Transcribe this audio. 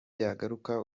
yagaruka